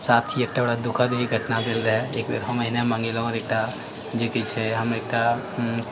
साथ ही एकटा बड़ा दुखद भी घटना भेल रहए एकबेर हम अहिना मंगेने रहौ एकटा जेकि छै हम एकटा